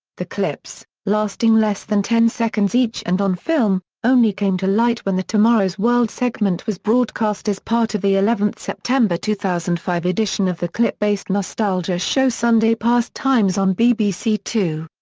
the clips, lasting less than ten seconds each and on film, only came to light when the tomorrow's world segment was broadcast as part of the eleven september two thousand and five edition of the clip-based nostalgia show sunday past times on bbc two.